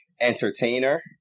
entertainer